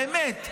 באמת,